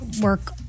work